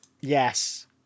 Yes